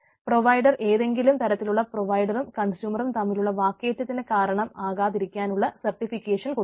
provider ഏതെങ്കിലും തരത്തിലുള്ള പ്രൊവൈഡറും കൺസ്യൂമറും തമ്മിലുള്ള വാക്കേറ്റത്തിന് കാരണം ആകാതിരിക്കാനുള്ള സർട്ടിഫിക്കേഷൻ കൊടുക്കണം